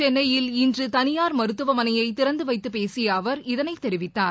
சென்னையில் இன்றுதளியார் மருத்துவமனையைதிறந்துவைத்தபேசியஅவர் இதளைத் தெரிவித்தார்